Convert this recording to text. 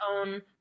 own